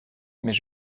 mais